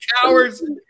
cowards